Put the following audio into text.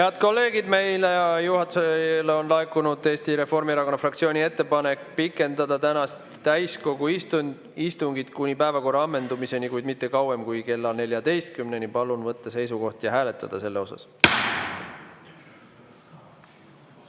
kolleegid! Meile, juhatusele on laekunud Eesti Reformierakonna fraktsiooni ettepanek pikendada tänast täiskogu istungit kuni päevakorra ammendumiseni, kuid mitte kauem kui kella 14-ni. Palun võtta seisukoht ja hääletada!